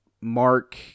Mark